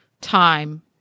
time